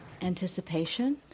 anticipation